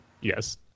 Yes